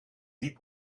diep